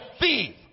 thief